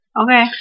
Okay